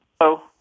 Hello